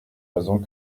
raisons